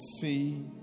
see